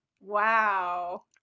wow